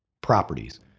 properties